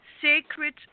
sacred